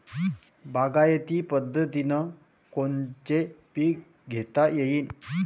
बागायती पद्धतीनं कोनचे पीक घेता येईन?